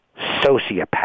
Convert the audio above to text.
sociopath